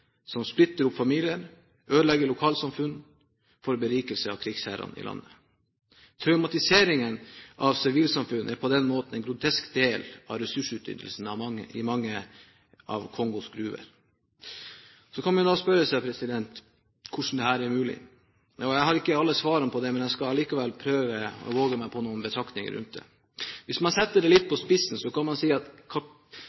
som splitter opp familier og ødelegger lokalsamfunn, for berikelsen av krigsherrene i landet. Traumatiseringen av sivilsamfunnet er på denne måten en grotesk del av ressursutnyttelsene i mange av Kongos gruver. Så kan man spørre seg hvordan dette er mulig. Jeg har ikke alle svarene på det, men jeg skal allikevel våge meg på noen betraktninger rundt det. Hvis man setter det litt på